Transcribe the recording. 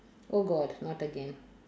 oh god not again